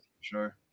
sure